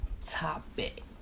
Topic